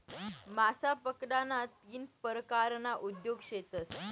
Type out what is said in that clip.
मासा पकडाना तीन परकारना उद्योग शेतस